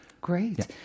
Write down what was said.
Great